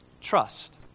Trust